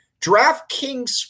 DraftKings